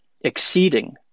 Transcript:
exceeding